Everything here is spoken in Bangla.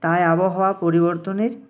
তাই আবহাওয়া পরিবর্তনের